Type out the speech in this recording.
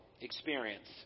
experience